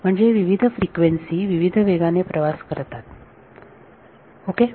म्हणजे विविध फ्रिक्वेन्सी विविध वेगाने प्रवास करतात ओके